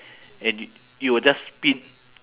and y~ you will just spin